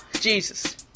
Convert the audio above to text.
Jesus